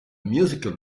musical